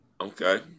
Okay